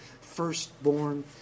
firstborn